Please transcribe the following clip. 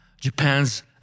Japan's